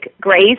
Grace